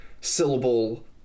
syllable